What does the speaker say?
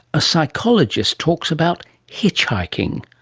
a psychologist talks about hitch hiking.